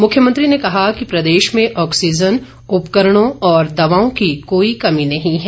मुख्यमंत्री ने कहा कि प्रदेश में ऑक्सीजन उपकरणों और दवाओं की कोई कमी नहीं है